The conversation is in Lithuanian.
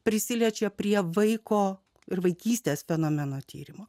prisiliečia prie vaiko ir vaikystės fenomeno tyrimo